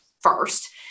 first